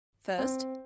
First